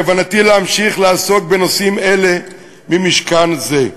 בכוונתי להמשיך לעסוק בנושאים אלה במשכן זה.